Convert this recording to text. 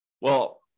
well-